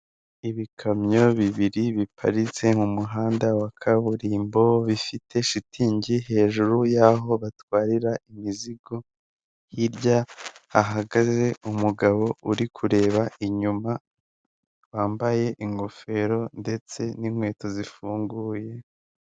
Ibikamyo bibiri biparitse mu muhanda wa kaburimbo, bifite shitingi hejuru y'aho batwarira imizigo, hirya hahagaze umugabo uri kureba inyuma wambaye ingofero ndetse n'inkweto zifunguye.